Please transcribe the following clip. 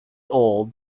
old